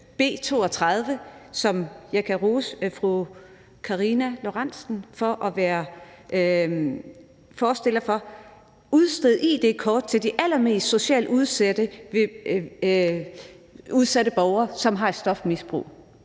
B 32, som jeg kan rose fru Karina Lorentzen Dehnhardt for at være forslagsstiller på, om at udstede id-kort til de allermest socialt udsatte borgere, som har et stofmisbrug.